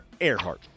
Earhart